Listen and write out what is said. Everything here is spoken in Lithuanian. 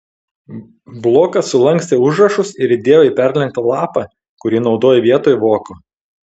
blokas sulankstė užrašus ir įdėjo į perlenktą lapą kurį naudojo vietoj voko